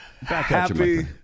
Happy